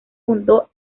fundó